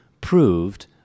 proved